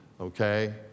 Okay